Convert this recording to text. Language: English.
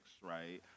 right